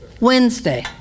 Wednesday